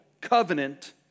covenant